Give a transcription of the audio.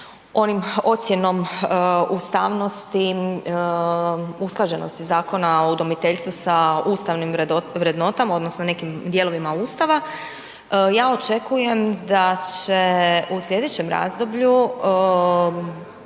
onom ocjenom ustavnosti usklađenosti Zakona o udomiteljstvu sa ustavnim vrednotama odnosno nekim dijelovima Ustava, ja očekujem da će u slijedećem razdoblju